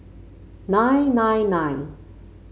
nine nine nine